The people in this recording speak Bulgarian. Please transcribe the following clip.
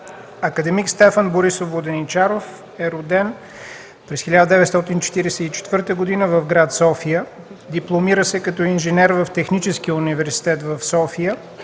Академик Стефан Борисов Воденичаров е роден през 1944 г. в град София. Дипломира се като инженер в Техническия университет в София.